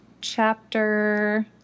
chapter